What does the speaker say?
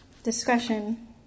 discretion